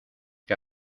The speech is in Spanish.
qué